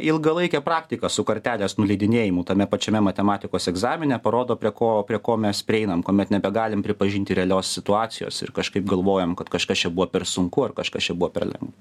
ilgalaikė praktika su kartelės nuleidinėjimu tame pačiame matematikos egzamine parodo prie ko prie ko mes prieinam kuomet nebegalim pripažinti realios situacijos ir kažkaip galvojam kad kažkas čia buvo per sunku ar kažkas čia buvo per lengva